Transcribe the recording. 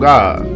God